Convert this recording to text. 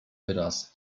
wyraz